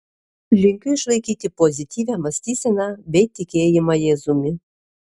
linkiu išlaikyti pozityvią mąstyseną bei tikėjimą jėzumi